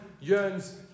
yearns